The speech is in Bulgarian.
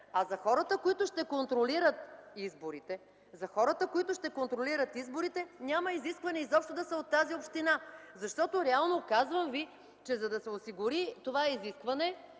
А за хората, които ще контролират изборите, няма изискване изобщо да са от тази община. Защото реално, казвам ви, за да се осигури това изискване,